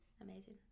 Amazing